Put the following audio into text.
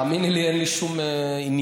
תאמיני לי, אין לי שום עניין.